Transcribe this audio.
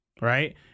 Right